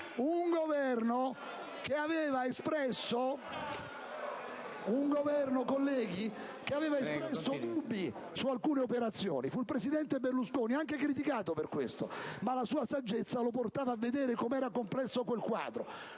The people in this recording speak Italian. Un Governo che aveva espresso dubbi su alcune operazioni: fu il presidente Berlusconi (anche criticato per questo), ma la sua saggezza lo portava a vedere come era complesso quel quadro.